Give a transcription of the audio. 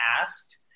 asked